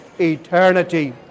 eternity